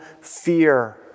fear